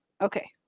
okay